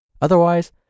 Otherwise